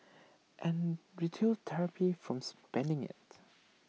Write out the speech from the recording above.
and retail therapy from spending IT